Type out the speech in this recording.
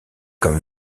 comme